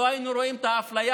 לא קיבלת את עמדתו של שר